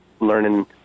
learning